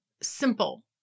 Simple